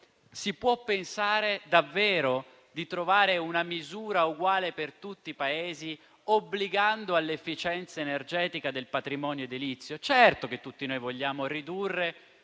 si può pensare davvero di trovare una misura uguale per tutti i Paesi obbligando all'efficienza energetica del patrimonio edilizio. Certo, tutti noi vogliamo ridurre